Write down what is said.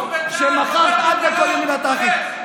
אלוף בצה"ל,